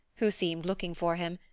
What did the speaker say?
who seemed looking for him,